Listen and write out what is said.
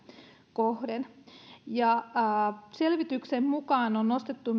kohden selvityksen mukaan on nostettu